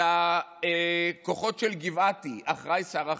על הכוחות של גבעתי אחראי שר אחר,